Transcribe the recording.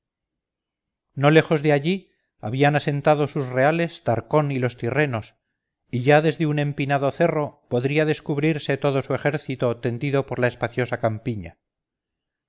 no lejos de allí habían asentado sus reales tarcón y los tirrenos y ya desde un empinado cerro podría descubrirse todo su ejército tendido por la espaciosa campiña